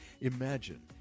Imagine